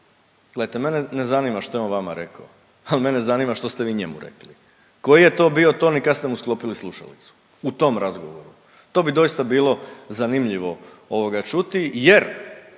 Gledajte mene ne zanima što je on vama rekao, ali mene zanima što ste vi njemu rekli, koji je to bio ton i kad ste mu sklopili slušalicu u tom razgovoru. To bi doista bilo zanimljivo ovoga čuti jer